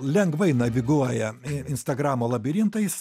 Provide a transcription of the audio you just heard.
lengvai naviguoja instagramo labirintais